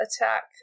attack